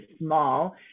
small